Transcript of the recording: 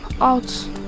out